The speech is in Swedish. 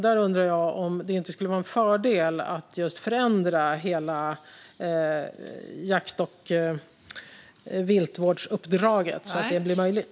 Där undrar jag om det inte skulle vara en fördel att förändra hela jakt och viltvårdsuppdraget så att trafikeftersök blir möjligt.